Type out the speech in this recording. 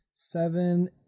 Seven